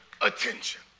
attention